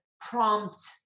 prompt